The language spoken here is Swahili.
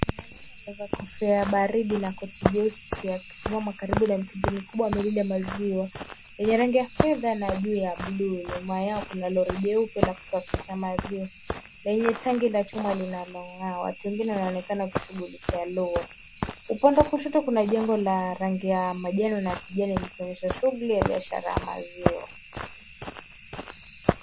Mwanaume amevaa kofia ya baridi na koti jeusi akisimama karibu na mitungi mikubwa miwili ya maziwa, yenye rangi ya fedha na juu ya buluu. Nyuma yao kuna lori jeupe la kusafirisha maziwa lenye tangi la chuma linalong'aa. Watu wengine wanaonekana wakishughulikia lori. Upande wa kushoto kuna jengo la rangi ya manjano na kijani, likionyesha shughuli ya biashara ya maziwa.